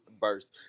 verse